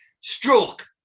Stroke